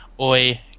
Oi